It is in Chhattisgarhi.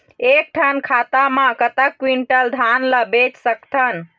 एक ठन खाता मा कतक क्विंटल धान ला बेच सकथन?